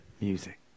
music